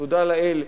תודה לאל,